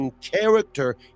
character